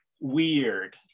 weird